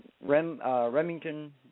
Remington